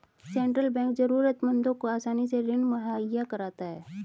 central bank जरूरतमंदों को आसानी से ऋण मुहैय्या कराता है